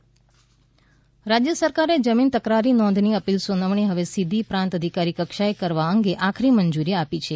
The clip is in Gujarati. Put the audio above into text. મહેસૂલી પ્રક્રિયા રાજ્ય સરકારે જમીન તકરારી નોંધની અપિલ સૂનાવણી હવે સીધી પ્રાંત અધિકારી કક્ષાએ કરવા અંગે આખરી મંજૂરી આપી છે